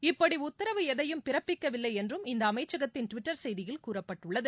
இப்படி உத்தரவு எதையும் பிறப்பிக்கவில்லை என்றும் இந்த அமைச்சகத்தின் டுவிட்டர் செய்தியில் கூறப்பட்டுள்ளது